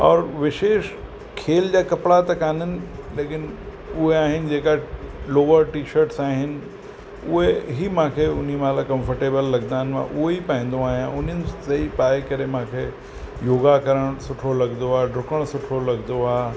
और विशेष खेल जा कपिड़ा त कोन आहिनि लेकिन उहे आहिनि जेका लोवर टी शर्ट्स आहिनि उहे ई मूंखे उन महिल कंफ़र्टेबल लॻंदा आहिनि उहो ई पाईंदो आहियां उन्हनि ते ई पाए करे मूंखे योगा करणु सुठो लॻंदो आहे ॾुकणु सुठो लॻंदो आहे